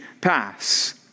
pass